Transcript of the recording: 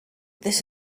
this